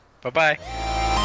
Bye-bye